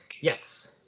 yes